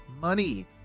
money